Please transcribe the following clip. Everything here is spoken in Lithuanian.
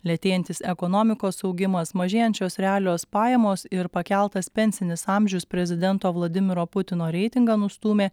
lėtėjantis ekonomikos augimas mažėjančios realios pajamos ir pakeltas pensinis amžius prezidento vladimiro putino reitingą nustūmė